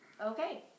Okay